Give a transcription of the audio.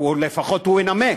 לפחות הוא ינמק.